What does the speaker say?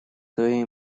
твоей